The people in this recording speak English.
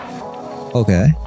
Okay